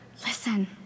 listen